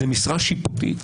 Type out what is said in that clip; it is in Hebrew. זו משרה שיפוטית,